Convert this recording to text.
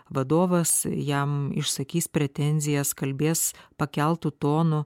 vadovas jam išsakys pretenzijas kalbės pakeltu tonu